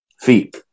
Feet